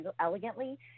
elegantly